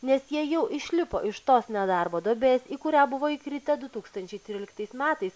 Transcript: nes jie jau išlipo iš tos nedarbo duobės į kurią buvo įkritę du tūkstančiai tryliktais metais